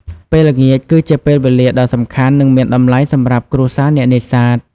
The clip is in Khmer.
ពេលល្ងាចគឺជាពេលវេលាដ៏សំខាន់ និងមានតម្លៃសម្រាប់គ្រួសារអ្នកនេសាទ។